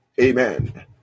Amen